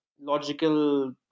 logical